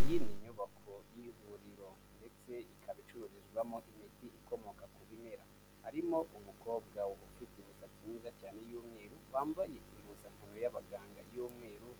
Iyi ni nyubako y'ivuriro ndetse ikaba icururizwamo imiti ikomoka ku bimera, harimo umukobwa ufite imisatsi myiza cyane y'umweru, wambaye impuzankano y'abaganga y'umweru,